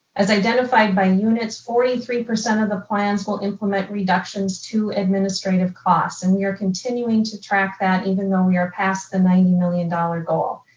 as identified by units, forty three percent of the plans will implement reductions to administrative costs and we are continuing to track that even though we are past the ninety million dollars goal.